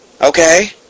Okay